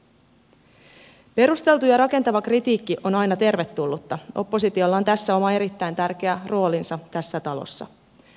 perusteltu ja rakentava kritiikki on aina tervetullutta oppositiolla on tässä oma erittäin tärkeä roolinsa tässä talossa